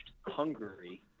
hungary